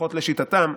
לפחות לשיטתם.